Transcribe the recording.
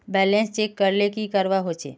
Balance check करले की करवा होचे?